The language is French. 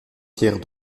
pierre